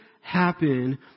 happen